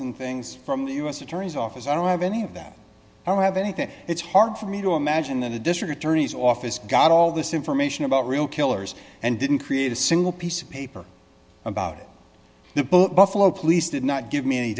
and things from the u s attorney's office i don't have any of that i don't have anything it's hard for me to imagine that the district attorney's office got all this information about real killers and didn't create a single piece of paper about the book buffalo police did not give me any